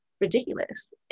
ridiculous